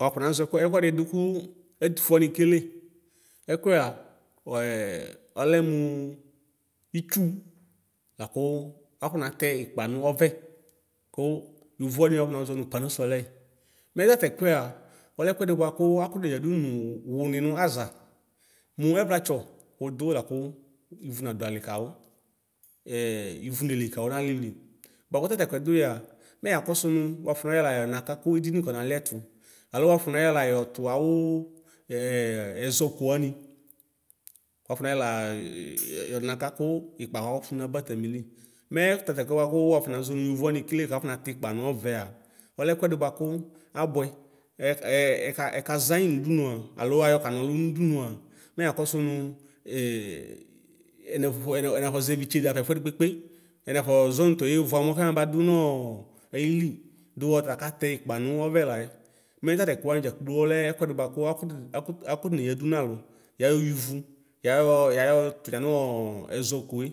Wakɔ nazɔ ɛkʋɛ ɛkʋɛdɩ kʋ ɛtʋfʋe alʋwamɩ ekele ɛkʋa ɔlɛ mʋ itsʋ lakʋ akɔnatɛ ikpa no ɔvɛ kʋ yovo wanɩ akɔnɔzɔ nʋ pano sɔlɛ mɛtatɛkʋɛa ɔlɛ ɛkʋɛdɩ akɔneyadʋ wʋni aza mʋ ɛvlatsɔ wʋdʋ lakʋ wʋ nadʋ ali kawʋ ivʋ neli kawʋ mʋlili bʋakʋ tatɛkʋɛ dʋgɛa mɛ yakɔsʋ nʋ wakɔnayɛ lakakakʋ edini akɔnaliɛtʋ alo wafɔnayɔɛ la natʋ awʋ ɛzɔ ɛzɔko wani kʋ wafɔnayɔɛ la yɔnakakʋ ipkakɔkʋtʋ maba atamɩli mɛ tatʋɛkʋɛ bʋakʋ wafɔnazɔ nʋ yovo wanɩ ekele kʋa ɔkɔna tikpa nɛvɛa ɔlɛ ɛkʋɛdɩ bʋakʋ abʋɛ ɛkazayi nʋ ʋdʋnʋa alo ayɔkanɔlʋ nʋ ʋdʋnʋa mɛ yakɔsʋ nʋ ɛnafɔ zɛvi itsede xafa ɛkʋɛdɩ kpekpe ɛnafɔ zʋnʋ tayevʋ amɔ kɛmaba dʋnʋ ɔayili dʋ ɔta katɛ ikpa nʋɔvɛ layɛ mɛtatɛ kʋwanɩ dzakplo ɔlɛ ɛkʋɛdɩ bʋakʋ akʋ akɔneyadʋ nalʋ yayɔ wivʋ yayɔ yayɔ yanɔɔ ɛzɔkoe